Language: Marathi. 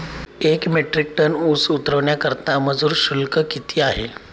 एक मेट्रिक टन ऊस उतरवण्याकरता मजूर शुल्क किती आहे?